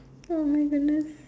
!oh-my-goodness!